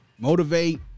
motivate